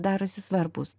darosi svarbūs